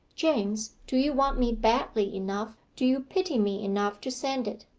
james, do you want me badly enough do you pity me enough to send it?